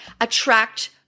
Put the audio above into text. attract